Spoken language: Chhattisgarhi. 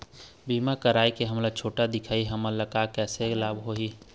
बीमा कराए के हम छोटे दिखाही हमन ला कैसे लाभ होही?